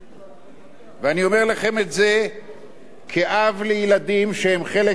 ואני אומר לכם את זה כאב לילדים שהם חלק מעולם התורה,